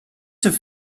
have